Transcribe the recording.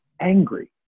angry